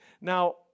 Now